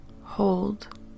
Hold